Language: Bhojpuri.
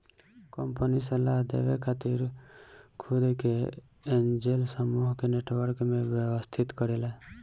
कंपनी सलाह देवे खातिर खुद के एंजेल समूह के नेटवर्क में व्यवस्थित करेला